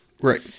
right